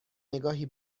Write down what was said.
نگاهی